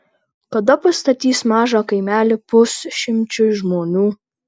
kada pastatys mažą kaimelį pusšimčiui žmonių